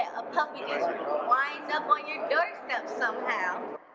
a puppy just winds up on your doorstep somehow?